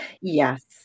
Yes